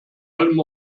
allem